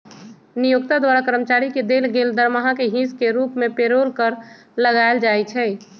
नियोक्ता द्वारा कर्मचारी के देल गेल दरमाहा के हिस के रूप में पेरोल कर लगायल जाइ छइ